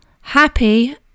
happy